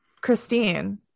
Christine